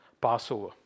Passover